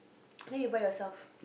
then you buy yourself